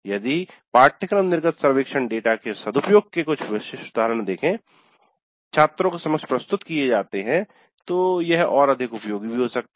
यदि पाठ्यक्रम निर्गत सर्वेक्षण डेटा के सदुपयोग के कुछ विशिष्ट उदाहरण छात्रों के समक्ष प्रस्तुत किए जाते हैं तो यह और अधिक उपयोगी भी हो सकता है